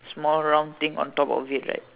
small round thing on top of it right